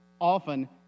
often